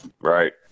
Right